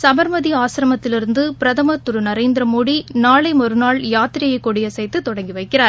சபாமதி ஆஸ்ரமத்திலிருந்து பிரதமா் திரு நரேந்திரமோடி நாளை மறுநாள் யாத்திரையை கொடியசைத்து தொடங்கி வைக்கிறார்